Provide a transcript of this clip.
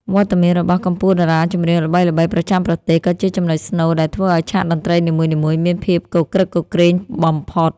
វត្តមានរបស់កំពូលតារាចម្រៀងល្បីៗប្រចាំប្រទេស ក៏ជាចំណុចស្នូលដែលធ្វើឱ្យឆាកតន្ត្រីនីមួយៗមានភាពគគ្រឹកគគ្រេងបំផុត។